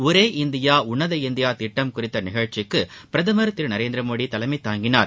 ஒரே இந்தியா உன்னத இந்தியா திட்டம் குறித்த திட்டத்திற்கு பிரதமர் திரு நரேந்திரமோடி தலைமம தாங்கினார்